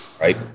Right